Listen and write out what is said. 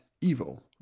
evil